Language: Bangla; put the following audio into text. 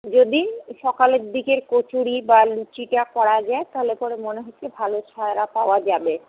যদি সকালের দিকের কচুড়ি বা লুচিটা করা যায় তাহলে পরে মনে হচ্ছে ভালো সাড়া পাওয়া যাবে